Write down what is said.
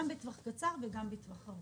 גם בטווח הקצר וגם בטווח הארוך.